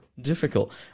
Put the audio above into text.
difficult